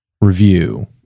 review